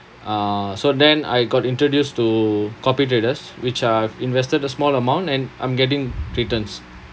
uh so then I got introduced to copy traders which I've invested a small amount and I'm getting returns